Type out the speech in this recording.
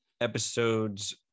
episodes